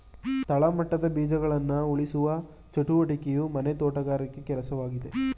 ತಳಮಟ್ಟದ ಬೀಜಗಳನ್ನ ಉಳಿಸುವ ಚಟುವಟಿಕೆಯು ಮನೆ ತೋಟಗಾರರ ಕೆಲ್ಸವಾಗಿದೆ